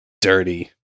dirty